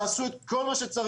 תעשו את כל מה שצריך.